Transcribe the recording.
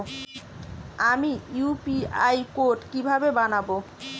আমি UPI code কিভাবে বানাব?